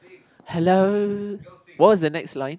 hello what was the next line